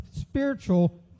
spiritual